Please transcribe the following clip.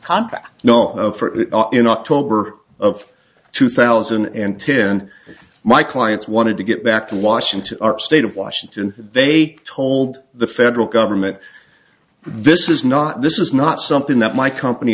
contract not in october of two thousand and ten my clients wanted to get back to washington state of washington they told the federal government this is not this is not something that my company